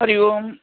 Hari Om